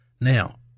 Now